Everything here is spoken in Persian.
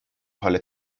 حال